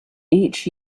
each